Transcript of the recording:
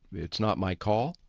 it's not my call.